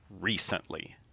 recently